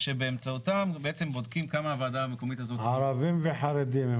שבאמצעותם בודקים כמה הוועדה המקומית הזאת --- הערבים והחרדים הם